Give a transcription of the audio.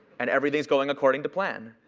and everything's going according to plan.